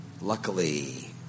Luckily